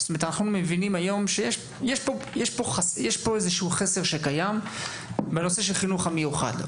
אנחנו מבינים היום שיש פה חסר שקיים בנושא של החינוך המיוחד.